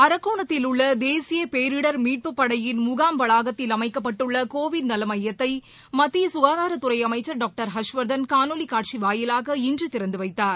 அரக்கோணத்தில் உள்ள தேசிய பேரிடர் மீட்புப்படையின் முகாம் வளாகத்தில் அமைக்கப்பட்டுள்ள கோவிட் நல மையத்தை மத்திய குகாதாரத்துறை அமைச்சர் டாக்டர் ஹர்ஷ்வர்தன் காணொலிக் காட்சி வாயிலாக இன்று திறந்து வைத்தார்